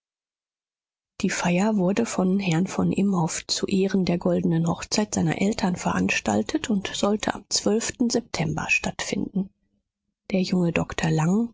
die feier wurde von herrn von imhoff zu ehren der goldenen hochzeit seiner eltern veranstaltet und sollte am zwölften september stattfinden der junge doktor lang